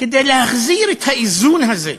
כדי להחזיר את האיזון הזה,